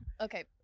Okay